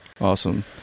Awesome